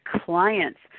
clients